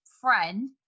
friend